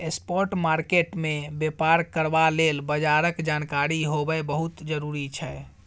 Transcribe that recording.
spot market मे बेपार करबा लेल बजारक जानकारी होएब बहुत जरूरी छै